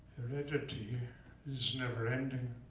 heredity is never-ending.